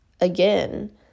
again